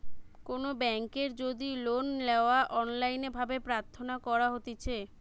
কোনো বেংকের যদি লোন লেওয়া অনলাইন ভাবে প্রার্থনা করা হতিছে